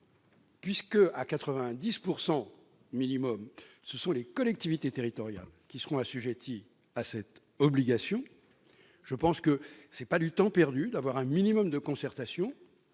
Puisque, à 90 % au minimum, ce sont les collectivités territoriales qui seront assujetties à cette obligation, ce ne sera pas perdre du temps que d'assurer un minimum de concertation